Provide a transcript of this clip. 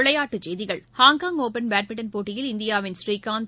விளையாட்டுச்செய்திகள் Hong Kong open badminton போட்டியில் இந்தியாவின் ஸ்ரீகாந்த்